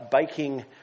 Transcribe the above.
baking